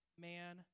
man